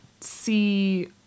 see